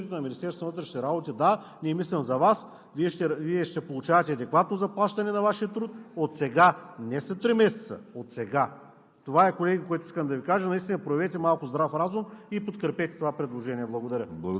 целия парламент, защото ще трябва да се обединят и опозицията, и управляващите, за да може да кажем на служителите от Министерството на вътрешните работи: да, ние мислим за Вас и Вие ще получавате адекватно заплащане за Вашия труд – не след три месеца, а отсега.